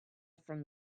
from